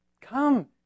come